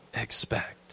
expect